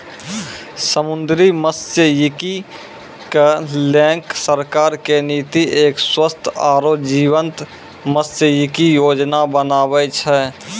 समुद्री मत्सयिकी क लैकॅ सरकार के नीति एक स्वस्थ आरो जीवंत मत्सयिकी योजना बनाना छै